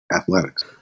athletics